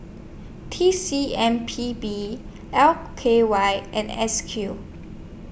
T C M P B L K Y and S Q